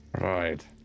Right